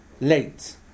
late